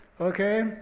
okay